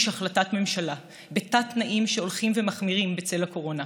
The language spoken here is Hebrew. החלטת ממשלה בתת-תנאים שהולכים ומחמירים בצל הקורונה,